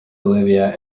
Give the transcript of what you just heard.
olivia